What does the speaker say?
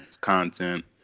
content